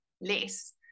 less